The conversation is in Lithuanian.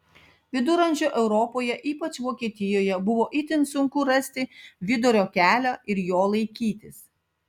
viduramžių europoje ypač vokietijoje buvo itin sunku rasti vidurio kelią ir jo laikytis